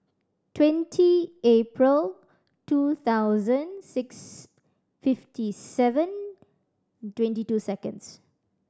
twenty April two thousand six fifty seven twenty two seconds